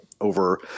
over